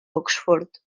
oxford